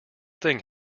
thing